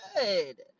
good